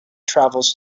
travels